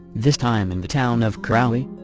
this time in the town of crowley,